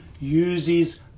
uses